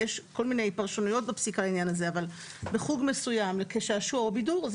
יש כל מיני פרשנויות בפסיקה לעניין הזה בחוג מסוים כשעשוע או כבידור,